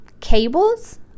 cables